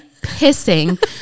pissing